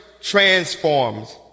transforms